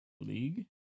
League